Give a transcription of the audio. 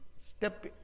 step